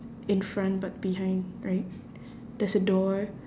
in front but behind right there's a door